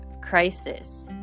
crisis